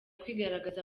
kwigaragaza